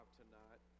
tonight